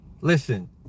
Listen